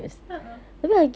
a'ah